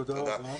תודה רבה.